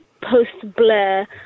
post-Blair